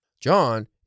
John